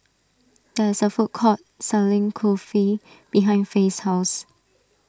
there is a food court selling Kulfi behind Fae's house